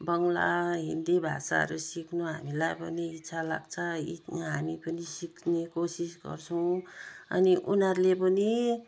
बङ्गला हिन्दी भाषाहरू सिक्नु हामीलाई पनि इच्छा लाग्छ हामी पनि सिक्ने कोसिस गर्छौँ अनि उनीहरूले पनि